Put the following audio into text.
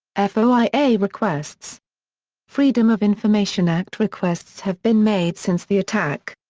foia requests freedom of information act requests have been made since the attack.